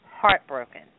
heartbroken